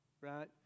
right